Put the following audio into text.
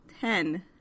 ten